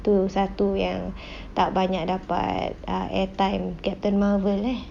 tu satu yang tak banyak dapat ah air time captain marvel lah